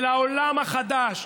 אל העולם החדש,